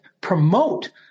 promote